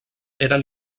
eren